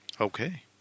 Okay